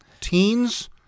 teens